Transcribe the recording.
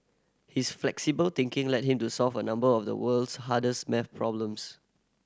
his flexible thinking led him to solve a number of the world's hardest maths problems